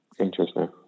Interesting